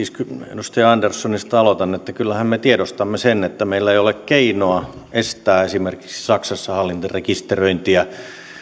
edustaja anderssonista aloitan kyllähän me tiedostamme sen että meillä ei ole keinoa estää esimerkiksi saksassa hallintarekisteröintiä